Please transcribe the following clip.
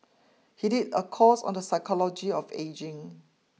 he did a course on the psychology of ageing